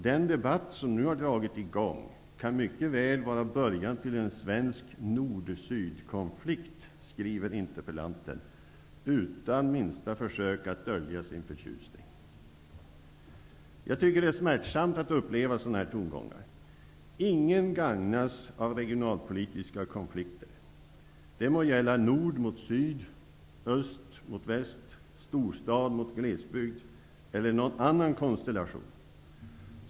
Den debatt som nu har dragit i gång kan mycket väl vara början till en svensk nord--syd-konflikt, skriver interpellanten utan minsta försök att dölja sin förtjusning. Jag tycker att det är smärtsamt att uppleva sådana tongångar. Ingen gagnas av regionalpolitiska konflikter. Det må gälla nord mot syd, öst mot väst, storstad mot glesbygd eller någon annan konstellation.